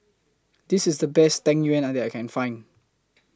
This IS The Best Tang Yuen that I Can Find